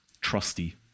trusty